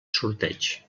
sorteig